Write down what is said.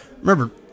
Remember